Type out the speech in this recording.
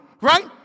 right